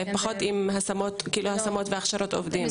פחות עם השמות והכשרות עובדים.